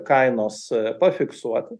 kainos pafiksuoti